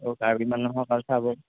চাব